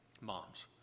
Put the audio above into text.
moms